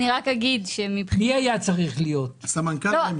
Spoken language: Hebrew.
הוא לא היה צריך להיות.